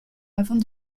avant